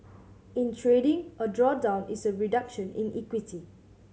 in trading a drawdown is a reduction in equity